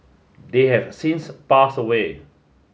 they have since pass away